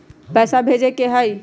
पैसा भेजे के हाइ?